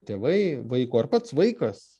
tėvai vaiko ar pats vaikas